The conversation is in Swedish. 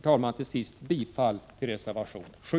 Jag yrkar till sist bifall till reservation 7.